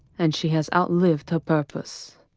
and she has outlived her purpose.